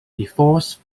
divorce